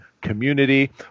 community